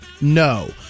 No